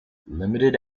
limited